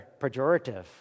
pejorative